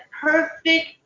perfect